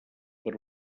per